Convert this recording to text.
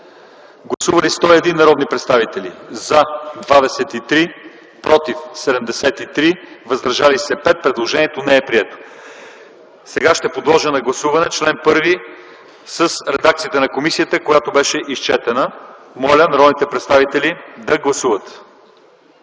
Гласували 101 народни представители: за 23, против 73, въздържали се 5. Предложението не е прието. Сега ще подложа на гласуване чл. 1 в редакцията на комисията, която беше изчетена. Моля народните представители да гласуват.